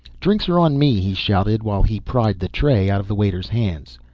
drinks are on me, he shouted while he pried the tray out of the waiter's hands.